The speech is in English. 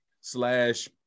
slash